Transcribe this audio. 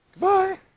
Goodbye